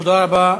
תודה רבה,